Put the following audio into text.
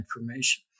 information